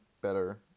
better